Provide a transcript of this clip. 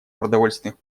продовольственных